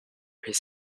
his